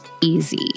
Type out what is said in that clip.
easy